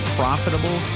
profitable